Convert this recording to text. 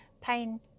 pain